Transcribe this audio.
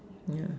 yeah